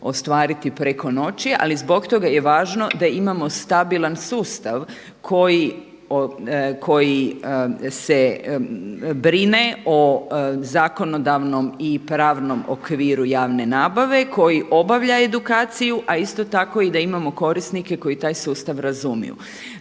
ostvariti preko noći ali zbog toga je važno da imamo stabilan sustav koji se brine o zakonodavnom i pravnom okviru javne nabave koji obavlja edukaciju a isto tako i da imamo korisnike koji taj sustav razumiju.